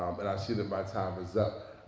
um but i see that my time is up.